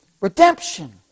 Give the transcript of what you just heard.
redemption